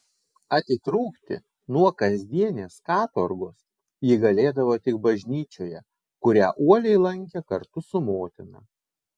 atitrūkti nuo kasdienės katorgos ji galėdavo tik bažnyčioje kurią uoliai lankė kartu su motina